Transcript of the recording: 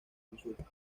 consultas